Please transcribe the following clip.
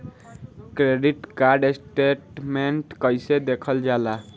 Credit card statement कइसे देखल जाला?